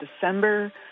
December